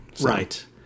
Right